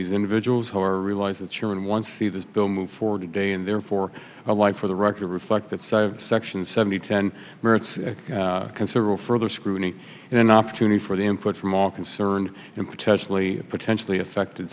these individuals who are realize that you're in once see this bill move forward today and therefore a lie for the record reflect that side of section seventy ten minutes considerable further scrutiny and an opportunity for the input from all concerned and potentially potentially affected